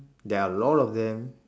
there are a lot of them